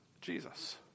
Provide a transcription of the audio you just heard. Jesus